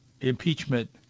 impeachment